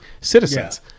citizens